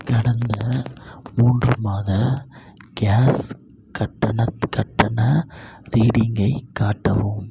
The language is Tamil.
கடந்த மூன்று மாத கேஸ் கட்டணத் கட்டண ரீடிங்கை காட்டவும்